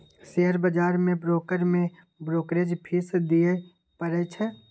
share बजार मे broker केँ ब्रोकरेज फीस दियै परै छै